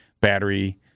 battery